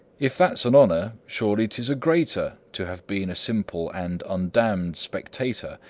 if that's an honor surely tis a greater to have been a simple and undamned spectator.